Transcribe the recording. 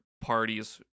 parties